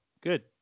good